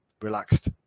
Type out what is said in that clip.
relaxed